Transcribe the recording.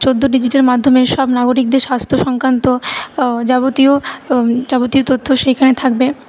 চোদ্দো ডিজিটের মাধ্যমে সব নাগরিকদের স্বাস্থ্য সংকান্ত যাবতীয় যাবতীয় তথ্য সেইখানে থাকবে